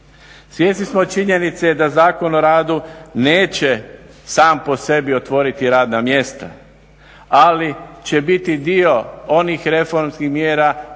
Svjesni smo činjenice da Zakon o radu neće sam po sebi otvoriti radna mjesta ali će biti dio onih reformskih mjera